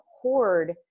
hoard